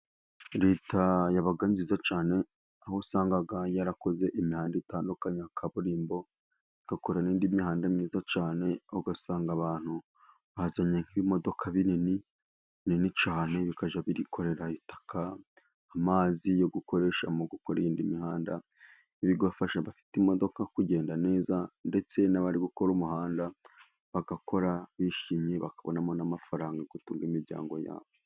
Leta iba nziza cyane, aho usanga yarakoze imihanda itandukanye ya kaburimbo, igakora n'indi mihanda myiza cyane, ugasanga abantu bazanye nk'ibimodoka binini cyane, bikajya byikorera ibitaka n'amazi yo gukoresha mu gukora indi mihanda, ibi bigafasha abafite imodoka kugenda neza, ndetse n'abari gukora umuhanda bagakora bishimye, bakabonamo n'amafaranga yo gutunga imiryango yabo.